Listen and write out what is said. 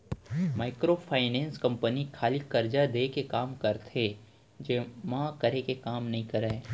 micro finance company खाली करजा देय के काम करथे जमा करे के काम नइ करय